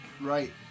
Right